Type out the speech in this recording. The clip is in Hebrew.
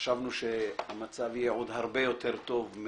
חשבנו שהמצב יהיה עוד הרבה יותר טוב,